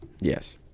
Yes